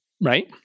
right